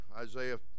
Isaiah